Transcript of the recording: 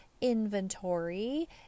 inventory